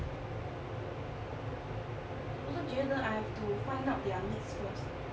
我是觉得 I have to find out their needs first